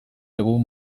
egun